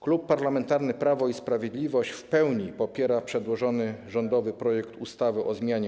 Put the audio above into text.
Klub Parlamentarny Prawo i Sprawiedliwość w pełni popiera przedłożony rządowy projekt ustawy o zmianie